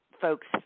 folks